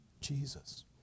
Jesus